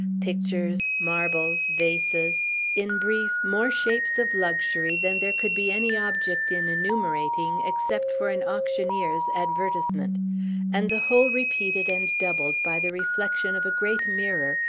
pictures, marbles, vases in brief, more shapes of luxury than there could be any object in enumerating, except for an auctioneer's advertisement and the whole repeated and doubled by the reflection of a great mirror,